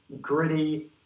gritty